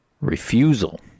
refusal